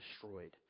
destroyed